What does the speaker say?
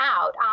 out